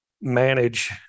manage